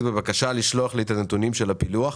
בבקשה לשלוח אלי את הנתונים של הפילוח.